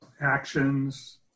actions